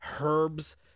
herbs